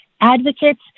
advocates